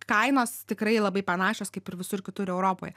kainos tikrai labai panašios kaip ir visur kitur europoje